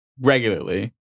regularly